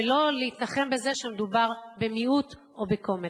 ולא להתנחם בזה שמדובר במיעוט או בקומץ.